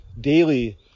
daily